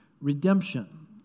redemption